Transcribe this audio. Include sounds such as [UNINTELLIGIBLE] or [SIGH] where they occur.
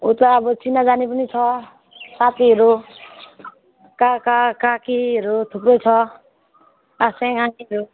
उता अब चिनाजानी पनि छ साथीहरू काका काकीहरू थुप्रै छ आसेङ [UNINTELLIGIBLE]